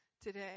today